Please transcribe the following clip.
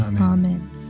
Amen